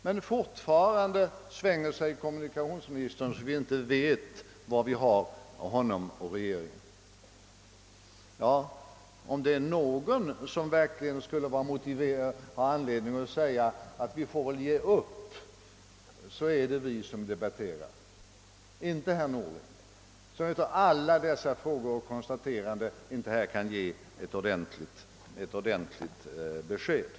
Men kommunikationsministern svänger sig fortfarande så att vi inte vet var vi har honom och regeringen. Om det är någon som skulle ha anledning att »ge upp» i denna debatt så är det vi som gång efter annan försöker få ett besked av statsrådet Norling, inte herr Norling som efter alla dessa frågor inte kan lämna ett ordentligt besked.